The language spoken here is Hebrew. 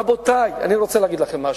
רבותי, אני רוצה להגיד לכם משהו: